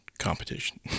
competition